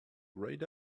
great